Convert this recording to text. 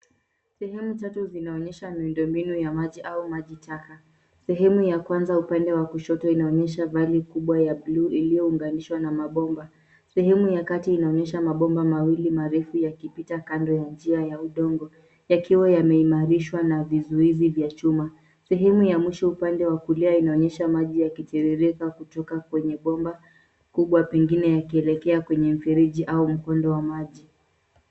Sehemu tatu zinaonyesha miundombinu ya maji au maji taka. Sehemu ya kwanza upande wa kushoto inaonyesha vali kubwa ya bluu iliyounganishwa na mabomba. Sehemu ya kati inaonyesha mabomba mawili marefu yakipita kando ya njia ya udongo, yakiwa yameimarishwa na vizuizi vya chuma. Sehemu ya mwisho upande wa kulia inaonyesha maji yakitiririka kutoka kwenye bomba kubwa, pengine yakielekea kwenye mfereji au mkondo wa maji.